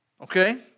Okay